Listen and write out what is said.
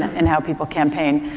and how people campaign,